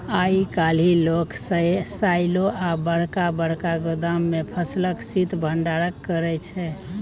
आइ काल्हि लोक साइलो आ बरका बरका गोदाम मे फसलक शीत भंडारण करै छै